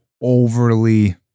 overly